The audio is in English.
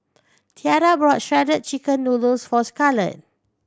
Tiara bought Shredded Chicken Noodles for Scarlet